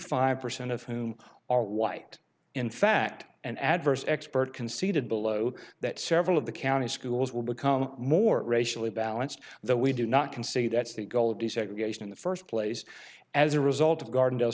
five percent of whom are white in fact an adverse expert conceded below that several of the county schools will become more racially balanced that we do not consider that's the goal of desegregation in the first place as a result of garden